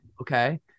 Okay